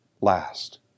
last